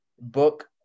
book